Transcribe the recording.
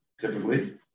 typically